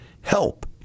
help